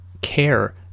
care